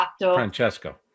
francesco